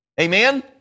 Amen